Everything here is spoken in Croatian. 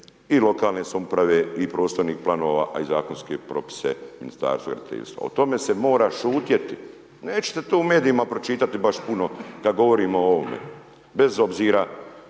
i lokalne samouprave i prostornih planova, a i zakonske propise Ministarstva graditeljstva. O tome se mora šutjeti. Nećete to u medijima pročitati baš puno da govorimo o ovome. Bez obzira